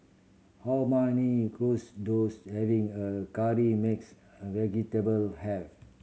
how many does having a curry mixed a vegetable have